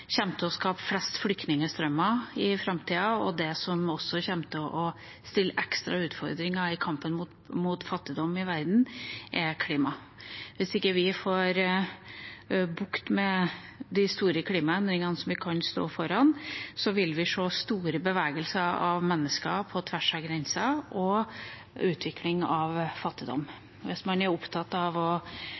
til å skape flest flyktningstrømmer i framtida, og det som også kommer til å gi ekstra utfordringer i kampen mot fattigdom i verden, er klima. Hvis ikke vi får bukt med de store klimaendringene som vi kan stå foran, vil vi se store bevegelser av mennesker på tvers av grenser, og utvikling av fattigdom. Hvis man er opptatt av å